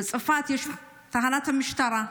בצפת יש תחנת משטרה.